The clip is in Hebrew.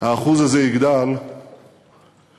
האחוז הזה יגדל ל-20%.